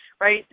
right